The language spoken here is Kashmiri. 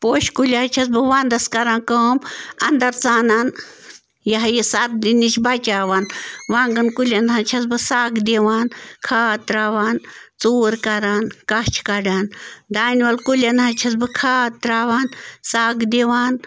پوشہٕ کُلۍ حظ چھَس بہٕ وَنٛدَس کَران کٲم انٛدر ژانان یہِ ہَہ یہِ سردی نِش بَچاوان وانٛگن کُلٮ۪ن حظ چھَس بہٕ سَگ دِوان کھاد ترٛاوان ژوٗر کَران کَچھ کَڑان دانہِ وَل کُلٮ۪ن حظ چھَس بہٕ کھاد ترٛاوان سَگ دِوان